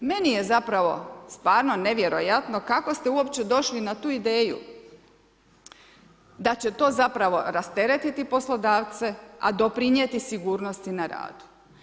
Meni je zapravo stvarno nevjerojatno kako ste uopće došli na tu ideju da će to zapravo rasteretiti poslodavce, a doprinijeti sigurnosti na radu.